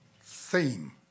theme